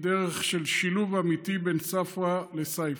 היא דרך של שילוב אמיתי בין ספרא לסיפא.